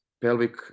pelvic